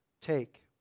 Take